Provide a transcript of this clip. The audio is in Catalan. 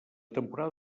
temporada